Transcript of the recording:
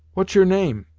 what's your name?